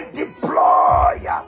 deploy